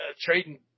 trading